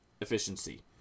efficiency